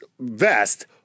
vest